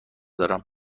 دارم